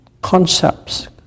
concepts